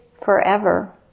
forever